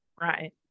Right